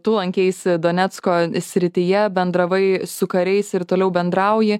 tu lankeisi donecko srityje bendravai su kariais ir toliau bendrauji